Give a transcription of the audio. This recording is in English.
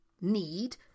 need